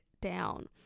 down